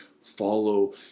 follow